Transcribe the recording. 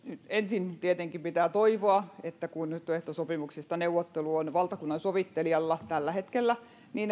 ensin tietenkin pitää toivoa että kun työehtosopimuksista neuvottelu on valtakunnansovittelijalla tällä hetkellä